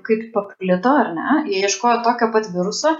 kaip paplito ar ne jie ieškojo tokio pat viruso